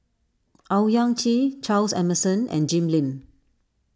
Owyang Chi Charles Emmerson and Jim Lim